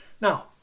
Now